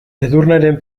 edurneren